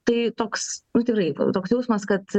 tai toks tikrai toks jausmas kad